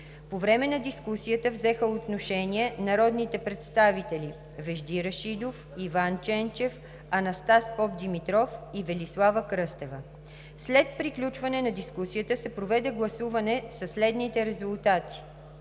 По време на дискусията взеха отношение народните представители Вежди Рашидов, Иван Ченчев, Анастас Попдимитров и Велислава Кръстева. След приключване на дискусията се проведе гласуване със следните резултати: